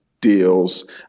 deals